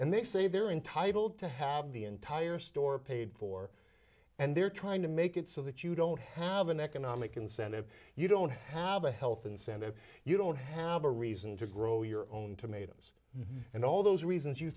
and they say they're entitled to have the entire store paid for and they're trying to make it so that you don't have an economic incentive you don't have a health incentive you don't have a reason to grow your own tomatoes and all those reasons you